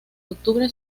octubre